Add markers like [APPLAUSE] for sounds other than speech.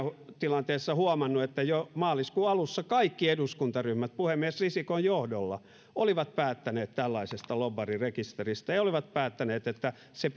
tilanteessa huomannut että jo maaliskuun alussa kaikki eduskuntaryhmät puhemies risikon johdolla olivat päättäneet tällaisesta lobbarirekisteristä ja olivat päättäneet että se [UNINTELLIGIBLE]